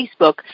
Facebook